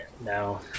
No